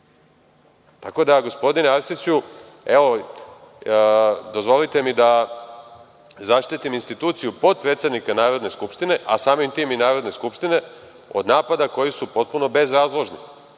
da, gospodine Arsiću, evo, dozvolite mi da zaštitim instituciju potpredsednika Narodne skupštine, a samim tim i Narodnu skupštinu od napada koji su potpuno bezrazložni,